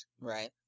right